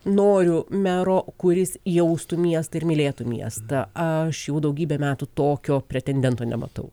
noriu mero kuris jaustų miestą ir mylėtų miestą aš jau daugybę metų tokio pretendento nematau